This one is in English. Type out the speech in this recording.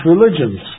religions